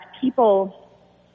people